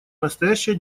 настоящая